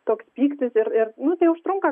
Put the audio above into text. toks pyktis ir ir tai užtrunka